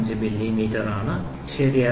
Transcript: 00055 millimetre ശരി